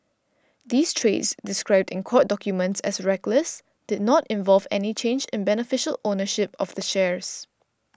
these trades described in court documents as reckless did not involve any change in beneficial ownership of the shares